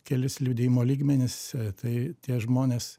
kelis liudijimo lygmenis tai tie žmonės